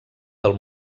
del